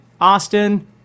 Austin